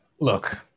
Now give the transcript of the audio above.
look